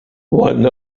one